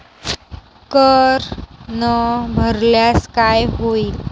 कर न भरल्यास काय होईल?